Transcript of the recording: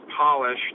polished